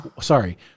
sorry